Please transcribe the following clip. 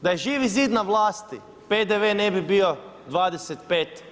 Da je Živi zid na vlasti PDV-e ne bi bio 25%